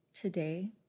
today